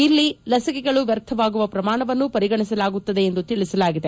ಇಲ್ಲಿ ಲಸಿಕೆಗಳು ವ್ಯರ್ಥವಾಗುವ ಪ್ರಮಾಣವನ್ನೂ ಪರಿಗಣಿಸಲಾಗುತ್ತದೆ ಎಂದು ತಿಳಿಸಲಾಗಿದೆ